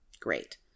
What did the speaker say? Great